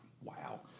Wow